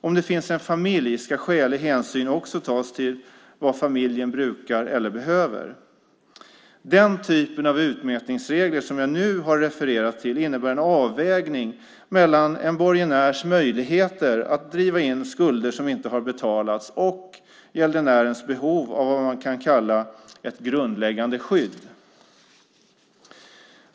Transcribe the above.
Om det finns en familj ska skälig hänsyn också tas till vad familjen brukar eller behöver. Den typ av utmätningsregler som jag nu har refererat till innebär en avvägning mellan en borgenärs möjligheter att driva in skulder som inte har betalats och gäldenärens behov av ett grundläggande skydd.